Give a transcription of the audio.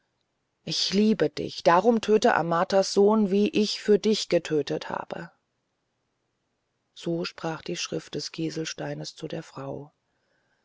ich liebe dich darum töte amagatas sohn wie ich für dich getötet habe so sprach die schrift des kieselsteines zu der frau